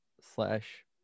slash